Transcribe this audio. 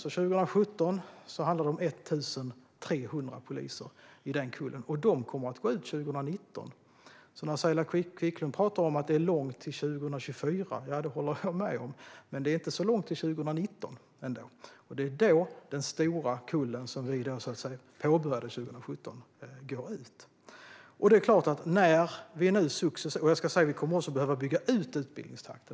År 2017 var kullen nya polisstudenter på 1 300, och de kommer att gå ut 2019. Saila Quicklund talar om att det är långt till 2024. Det håller jag med om. Men det är ändå inte särskilt långt till 2019. Och det är då den stora kullen, som påbörjade utbildningen för 2017, kommer att gå ut. Vi kommer också att behöva bygga ut utbildningstakten.